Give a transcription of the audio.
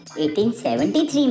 1873